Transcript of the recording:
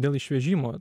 dėl išvežimo